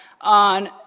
on